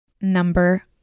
Number